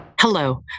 Hello